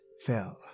fell